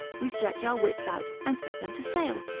we stretch our wits out, and set them to sale,